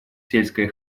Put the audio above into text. сельское